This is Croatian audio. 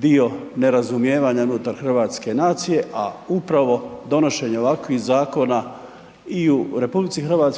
dio nerazumijevanja unutar hrvatske nacije, a upravo donošenje ovakvih zakona i u RH